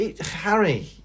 Harry